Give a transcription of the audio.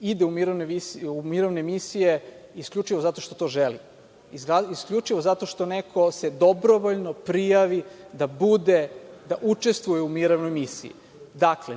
ide u mirovne misije isključivo zato što to želi, isključivo zato što neko se dobrovoljno prijavi da učestvuje u mirovnoj misiji. Dakle,